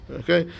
okay